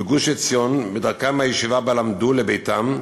בגוש-עציון, בדרכם מהישיבה שבה למדו אל ביתם,